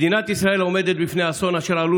מדינת ישראל עומדת בפני אסון אשר עלול